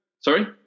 Sorry